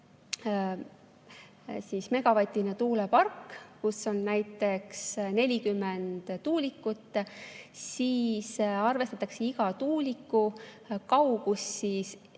1000‑megavatine tuulepark, kus on 40 tuulikut, siis arvestatakse iga tuuliku kaugus